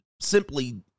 simply